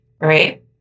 Right